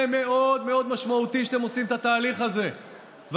זה מאוד מאוד משמעותי שאתם עושים את התהליך הזה ואתם